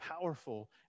powerful